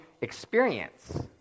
experience